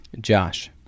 Josh